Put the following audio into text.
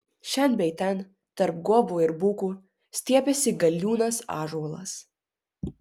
šen bei ten tarp guobų ir bukų stiepėsi galiūnas ąžuolas